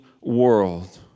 world